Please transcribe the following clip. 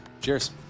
cheers